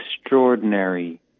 extraordinary